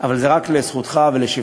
אבל זה רק לזכותך ולשבחך.